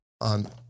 on